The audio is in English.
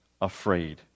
afraid